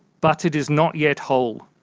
but it is not yet whole.